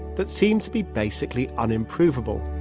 that seems to be basically un-improvable